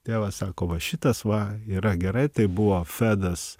tėvas sako va šitas va yra gerai tai buvo fedas